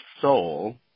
soul